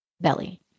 belly